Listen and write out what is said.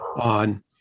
on